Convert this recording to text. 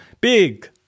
big